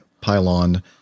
pylon